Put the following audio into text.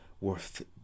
worth